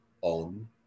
on